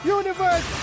universe